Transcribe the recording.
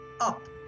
up